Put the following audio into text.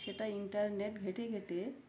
সেটা ইন্টারনেট ঘেঁটে ঘেটে